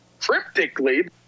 cryptically